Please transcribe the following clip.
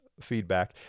feedback